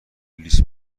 لیس